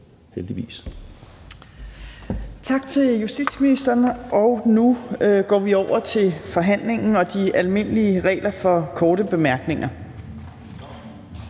Torp): Tak til justitsministeren, og nu går vi over til forhandlingen og de almindelige regler for korte bemærkninger.